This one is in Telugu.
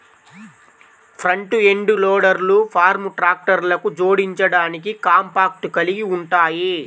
ఫ్రంట్ ఎండ్ లోడర్లు ఫార్మ్ ట్రాక్టర్లకు జోడించడానికి కాంపాక్ట్ కలిగి ఉంటాయి